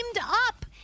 up